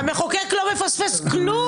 המחוקק לא מפספס כלום.